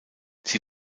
sie